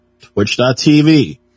twitch.tv